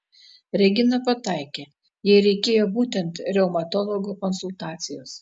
regina pataikė jai reikėjo būtent reumatologo konsultacijos